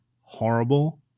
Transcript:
horrible